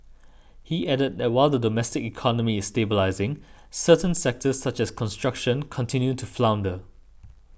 he added that while the domestic economy is stabilising certain sectors such as construction continue to flounder